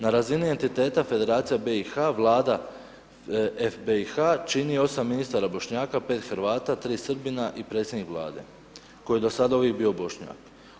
Na razini entiteta Federacija BiH vlada FBiH čini 8 ministara Bošnjaka, 5 Hrvata, 3 Srbina i predsjednik vlade koji je do sada uvijek bio Bošnjak.